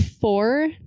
four